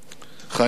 חיים חפר,